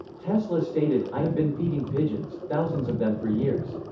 tesla stated i have been feeding pigeons, thousands of them for years.